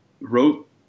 wrote